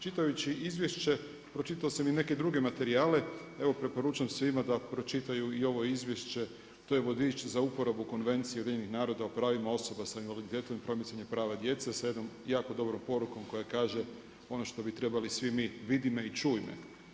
Čitajući izvješće, pročitao sam i neke druge materijale, evo preporučam svima da pročitaju i ovo izvješće, to je vodič za uporabu Konvencije UN-a o pravima osoba sa invaliditetom i promicanja prava djece sa jednom jako dobrom porukom koja kaže, ono što bi trebali svi mi, vidi me i čuj me.